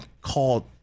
called